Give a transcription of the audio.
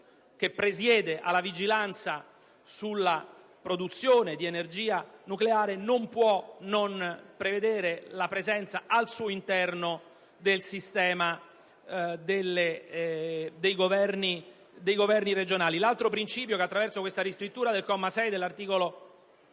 che presiede alla vigilanza sulla produzione di energia nucleare non può non prevedere la presenza al suo interno del sistema dei governi regionali. L'altro principio che vogliamo affermare riguarda l'esigenza